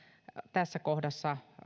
tässä kohdassa